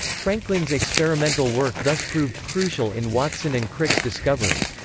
franklin's experimental work thus proved crucial in watson and crick's discovery.